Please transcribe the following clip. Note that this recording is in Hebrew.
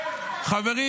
מחובר למורשת, ככה זה נראה.